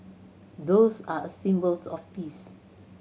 doves are a symbols of peace